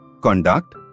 Conduct